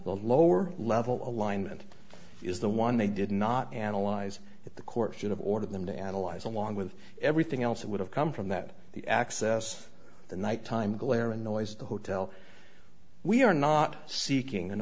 level lower level alignment is the one they did not analyze it the court should have ordered them to analyze along with everything else that would have come from that the access the night time glare annoys the hotel we are not seeking